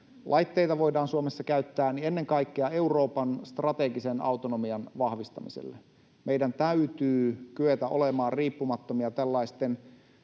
laitteita voidaan Suomessa käyttää, niin ennen kaikkea Euroopan strategisen autonomian vahvistamiselle. Meidän täytyy kyetä olemaan riippumattomia tällaisten